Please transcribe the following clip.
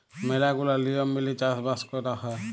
ম্যালা গুলা লিয়ম মেলে চাষ বাস কয়রা হ্যয়